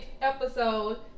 episode